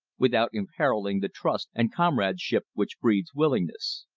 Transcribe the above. without imperiling the trust and comradeship which breeds willingness.